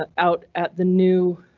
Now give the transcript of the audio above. ah out at the new